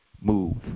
move